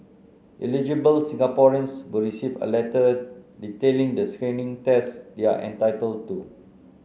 eligible Singaporeans will receive a letter detailing the screening tests they are entitled to